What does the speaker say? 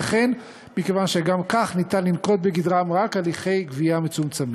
וכן מכיוון שגם כך ניתן לנקוט בגדרם רק הליכי גבייה מצומצמים.